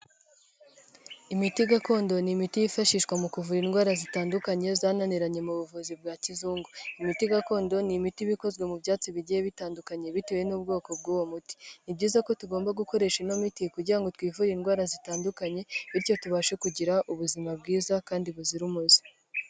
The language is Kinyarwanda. Imiti gakondo ni imiti yifashishwa mu kuvura indwara zitandukanye zananiranye mu buvuzi bwa kizungu, imiti gakondo ni imiti iba ikozwe mu byatsi bigiye bitandukanye bitewe n'ubwoko bw'uwo muti; ni byiza ko tugomba gukoresha ino miti kugira ngo twivure indwara zitandukanye, bityo tubashe kugira ubuzima bwiza kandi buzira umuze.